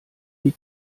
die